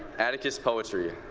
atticus poetry.